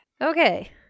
Okay